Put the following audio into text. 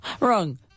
Wrong